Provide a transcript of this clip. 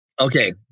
Okay